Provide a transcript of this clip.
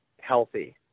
healthy